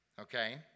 okay